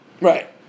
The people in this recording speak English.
right